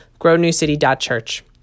grownewcity.church